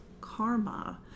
Karma